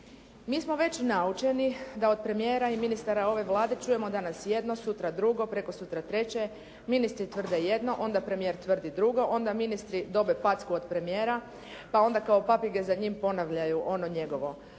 Mi smo već naučeni da od premijera i ministara ove Vlade čujemo danas jedno, sutra drugo, prekosutra treće, ministri tvrde jedno, onda premijer tvrdi drugo, onda ministri dobe packu od premijera, pa onda kao papige za njim ponavljaju ono njegovo.